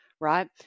right